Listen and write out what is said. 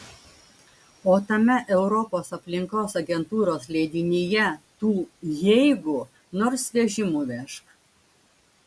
o tame europos aplinkos agentūros leidinyje tų jeigu nors vežimu vežk